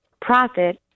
profit